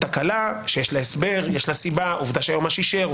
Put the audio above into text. תקלה שיש לה הסבר ויש לה סיבה עובדה שהיועמ"ש אישר,